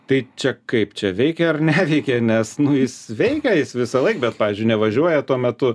tai čia kaip čia veikia ar neveikia nes nu jis veikia jis visąlaik bet pavyzdžiui nevažiuoja tuo metu